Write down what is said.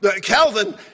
Calvin